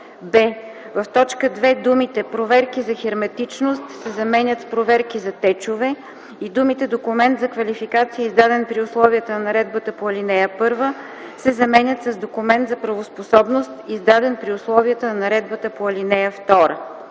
б) в т. 2 думите „проверки за херметичност” се заменят с „проверки за течове” и думите „документ за квалификация, издаден при условията на наредбата по ал. 1” се заменят с „документ за правоспособност, издаден при условията на наредбата по ал. 2”;